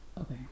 okay